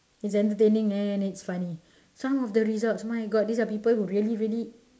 it's entertaining and it's funny some of the results my god these are people who really really